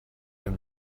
him